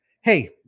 Hey